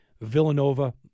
Villanova